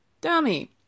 dummy